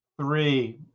three